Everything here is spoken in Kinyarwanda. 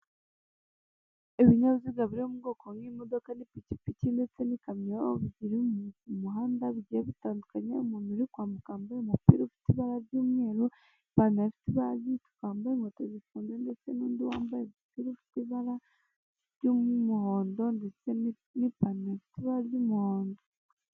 Ibinyabiziga biri mu bwoko bw'imodoka n'ipikipiki ndetse n'ikamyo biri muhanda bigiye bitandukanye, umuntu uri kwambuka wambaye umupira ufite ibara ry'umweru, ipantaro ifite ibara y'icupa, wambaye inkweto zifunze ndetse n'undi wambaye umupira ufite ibara ry'umuhondo ndetse n'ipantaro ifite ibara ry'umuhondo.